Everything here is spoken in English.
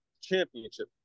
championship